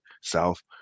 South